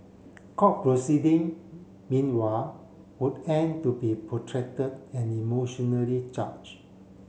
court proceeding meanwhile would end to be protracted and emotionally charged